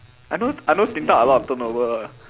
I know I know Din-Tat a lot of turn over ah